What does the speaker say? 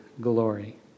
glory